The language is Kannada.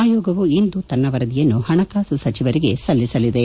ಆಯೋಗವು ಇಂದು ತನ್ನ ವರದಿಯನ್ನು ಹಣಕಾಸು ಸಚಿವರಿಗೆ ಸಲ್ಲಿಸಲಿದೆ